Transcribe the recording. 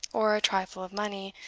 or a trifle of money,